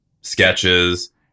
sketches